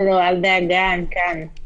אל דאגה, אני כאן.